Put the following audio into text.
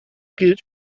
gilt